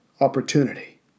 opportunity